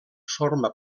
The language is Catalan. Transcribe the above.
forma